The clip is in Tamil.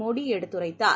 மோடி எடுத்துரைத்தார்